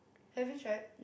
have you tried